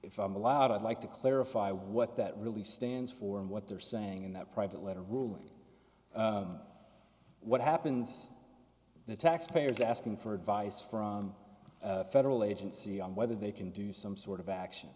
if i'm allowed i'd like to clarify what that really stands for and what they're saying in that private letter ruling what happens the taxpayers asking for advice from the federal agency on whether they can do some sort of action